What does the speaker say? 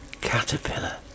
caterpillar